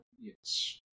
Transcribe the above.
Yes